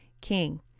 King